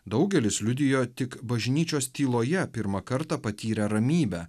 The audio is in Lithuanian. daugelis liudijo tik bažnyčios tyloje pirmą kartą patyrę ramybę